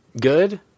good